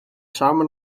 samen